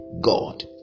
God